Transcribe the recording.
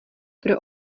pro